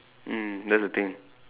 mm that's the thing